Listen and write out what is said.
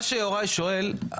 מה שיוראי שואל,